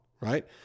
Right